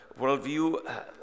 worldview